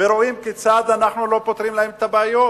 ורואים כיצד אנחנו לא פותרים להם את הבעיות.